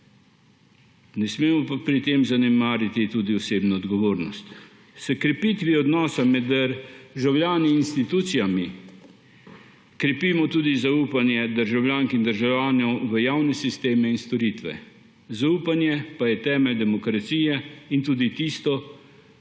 Ne smemo pa pri tem zanemariti tudi osebne odgovornosti. S krepitvijo odnosa med državljani in institucijami krepimo tudi zaupanje državljank in državljanov v javne sisteme in storitve, zaupanje pa je temelj demokracije in tudi tisto,